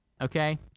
okay